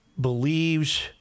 believes